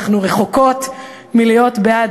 אנחנו רחוקות מלהיות בעד,